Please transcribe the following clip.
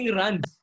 runs